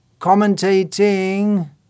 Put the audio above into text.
commentating